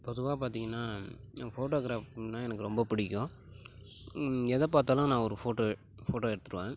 பொதுவாக பார்த்திங்கனா ஏன் ஃபோட்டோக்ராஃப்னா எனக்கு ரொம்ப பிடிக்கும் எதை பார்த்தாலும் நான் ஒரு ஃபோட்டோ ஃபோட்டோ எடுத்துருவேன்